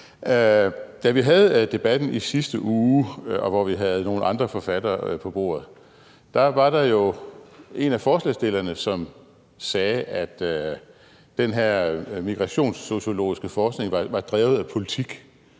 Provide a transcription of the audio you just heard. Da vi havde debatten i sidste uge, hvor vi havde nogle andre forfattere på bordet, var der jo en af forslagsstillerne, som sagde, at den her migrationssociologiske forskning var drevet af politik,